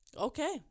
Okay